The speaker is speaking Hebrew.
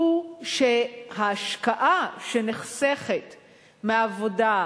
הוא שההשקעה שנחסכת מהעובדה